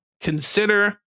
consider